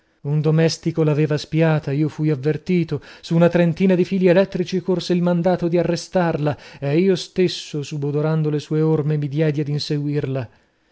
un domestico l'aveva spiata io fui avvertito su una trentina di fili elettrici corse il mandato di arrestarla ed io stesso subodorando le sue orme mi diedi ad inseguirla